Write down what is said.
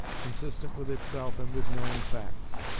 consistent with itself and with known facts,